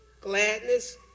gladness